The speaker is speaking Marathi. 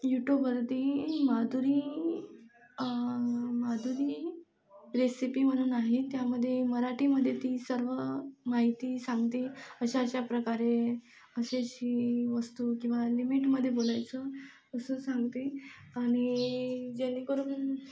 यूतटूबवरती मादुरी मादुरी रेसिपी म्हणून आहे त्यामध्ये मराठीमध्ये ती सर्व माहिती सांगते अशा अशा प्रकारे अशी अशी वस्तू किंवा लिमिटमध्ये बोलायचं असं सांगते आणि जेणेकरून